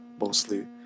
mostly